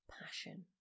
passion